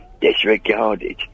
disregarded